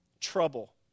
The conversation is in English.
trouble